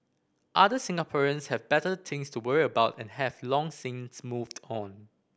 other Singaporeans have better things to worry about and have long since moved on